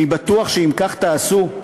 אני בטוח שאם כך תעשו,